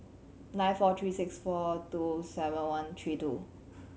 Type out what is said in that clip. nine four three six four two seven one three two